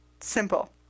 Simple